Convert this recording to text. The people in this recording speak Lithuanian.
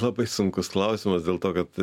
labai sunkus klausimas dėl to kad